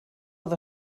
oedd